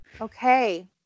okay